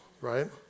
right